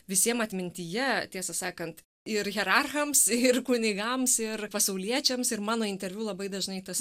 visiem atmintyje tiesą sakant ir hierarchams ir kunigams ir pasauliečiams ir mano interviu labai dažnai tas